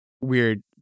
weird